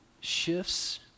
shifts